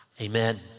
amen